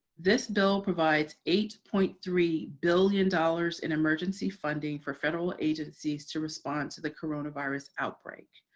this bill provides eight point three billion dollars in emergency funding for federal agencies to respond to the coronavirus outbreak.